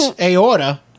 Aorta